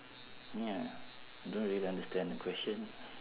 ya I don't really understand the question